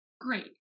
great